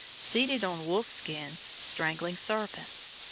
seated on wolf-skins, strangling serpents.